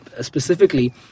specifically